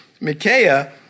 Micaiah